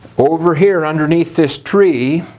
over here underneath this tree,